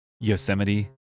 Yosemite